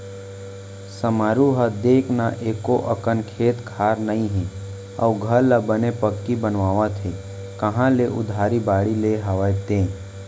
समारू ल देख न एको अकन खेत खार नइ हे अउ घर ल बने पक्की बनवावत हे कांहा ले उधारी बाड़ही ले हवय ते?